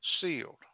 Sealed